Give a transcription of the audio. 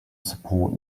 support